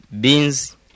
beans